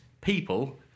people